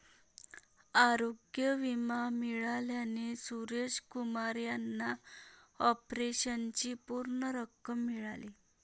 आरोग्य विमा मिळाल्याने सुरेश कुमार यांना ऑपरेशनची पूर्ण रक्कम मिळाली